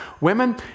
women